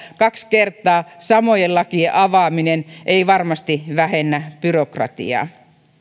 kaksi kertaa samojen lakien avaaminen ei varmasti vähennä byrokratiaa